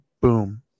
Boom